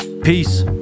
Peace